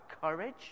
courage